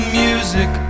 music